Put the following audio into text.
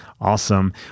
Awesome